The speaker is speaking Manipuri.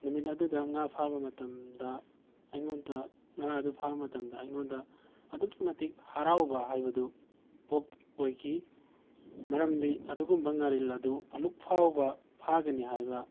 ꯅꯨꯃꯤꯠ ꯑꯗꯨꯗ ꯉꯥ ꯐꯥꯕ ꯃꯇꯝꯗ ꯑꯩꯉꯣꯟꯗ ꯉꯥ ꯑꯗꯨ ꯐꯥꯕ ꯃꯇꯝꯗ ꯑꯩꯉꯣꯟꯗ ꯑꯗꯨꯛꯀꯤ ꯃꯇꯤꯛ ꯍꯔꯥꯎꯕ ꯍꯥꯏꯕꯗꯨ ꯑꯣꯏꯈꯤ ꯃꯔꯝꯗꯤ ꯑꯗꯨꯒꯨꯝꯕ ꯉꯥꯔꯤꯜ ꯑꯗꯨ ꯑꯃꯨꯛꯐꯥꯎꯕ ꯐꯥꯒꯅꯤ ꯍꯥꯏꯕ